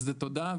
אז תודה.